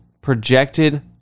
projected